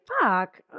Fuck